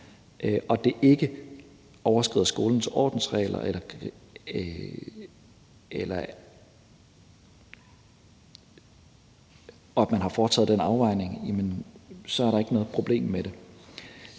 det ikke overskrider skolens ordensregler og man har foretaget den afvejning, er der ikke noget problem med det.